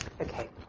Okay